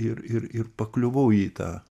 ir ir ir pakliuvau į tą